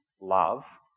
love